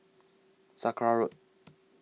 Sakra Road